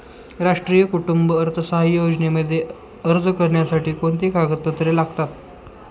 राष्ट्रीय कुटुंब अर्थसहाय्य योजनेमध्ये अर्ज करण्यासाठी कोणती कागदपत्रे लागतात?